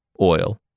oil